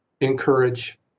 encourage